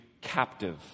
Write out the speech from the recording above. captive